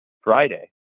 Friday